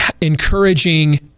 encouraging